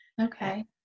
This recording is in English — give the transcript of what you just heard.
okay